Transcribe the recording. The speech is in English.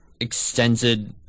extended